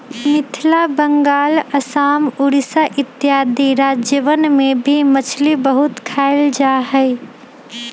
मिथिला बंगाल आसाम उड़ीसा इत्यादि राज्यवन में भी मछली बहुत खाल जाहई